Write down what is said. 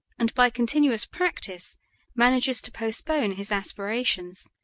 and by continuous practice manages to postpone his aspirations,